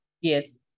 Yes